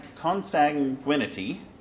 consanguinity